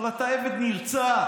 אבל אתה עבד נרצע.